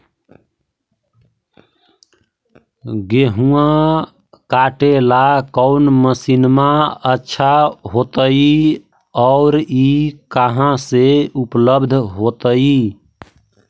गेहुआ काटेला कौन मशीनमा अच्छा होतई और ई कहा से उपल्ब्ध होतई?